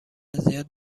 زیاد